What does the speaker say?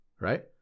right